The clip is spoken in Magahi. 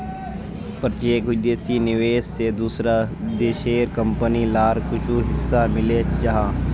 प्रत्यक्ष विदेशी निवेश से दूसरा देशेर कंपनी लार कुछु हिस्सा मिले जाहा